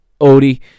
Odie